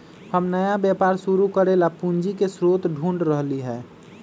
हम नया व्यापार शुरू करे ला पूंजी के स्रोत ढूढ़ रहली है